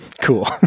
cool